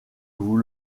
vous